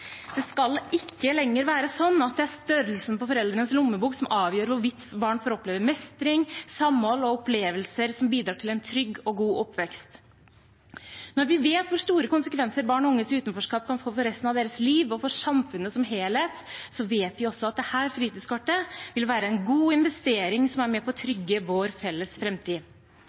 Det skal ikke lenger være sånn at det er størrelsen på foreldrenes lommebok som avgjør hvorvidt barn får oppleve mestring, samhold og opplevelser som bidrar til en trygg og god oppvekst. Når vi vet hvor store konsekvenser barn og unges utenforskap kan få for resten av deres liv og for samfunnet som helhet, vet vi også at dette fritidskortet vil være en god investering som er med på å trygge vår felles